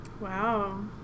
Wow